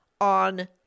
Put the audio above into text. on